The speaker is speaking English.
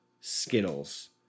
Skittles